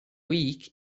week